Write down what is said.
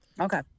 Okay